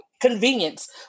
convenience